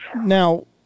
now